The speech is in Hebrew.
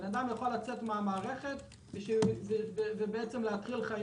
שאדם יוכל לצאת מן המערכת ולהתחיל חיים